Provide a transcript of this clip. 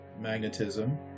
magnetism